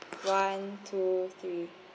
one two three